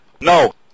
No